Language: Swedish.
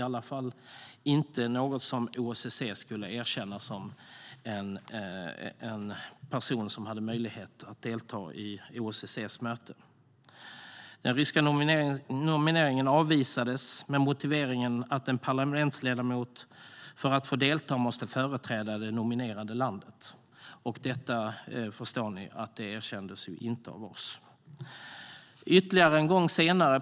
OSSE skulle i alla fall inte erkänna denne som en person som hade möjlighet att delta i OSSE:s möte. Den ryska nomineringen avvisades med motiveringen att en parlamentsledamot måste företräda det nominerade landet för att få delta. Ni förstår att detta inte erkändes av oss.